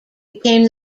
became